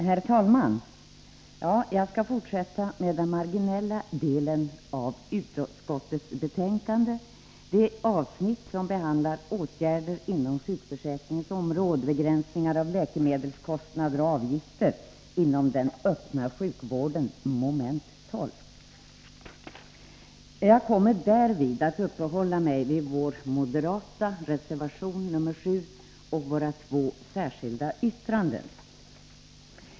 Herr talman! Jag skall fortsätta med en marginell del av utskottsbetänkandet. Det gäller det avsnitt som behandlar åtgärder inom sjukförsäkringens område, begränsningar av läkemedelskostnader och avgifter inom den öppna sjukvården, mom. 12. Jag kommer därvid att uppehålla mig vid vår moderata reservation nr 7 och våra två särskilda yttranden.